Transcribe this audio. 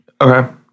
Okay